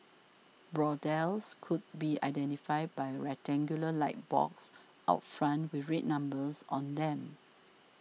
brothels could be identified by a rectangular light box out front with red numbers on them